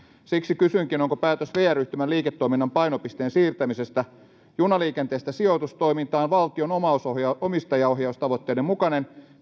siksi kysynkin onko päätös vr yhtymän liiketoiminnan painopisteen siirtämisestä junaliikenteestä sijoitustoimintaan valtion omistajaohjaustavoitteiden mukainen